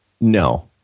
No